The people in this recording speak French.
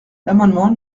l’amendement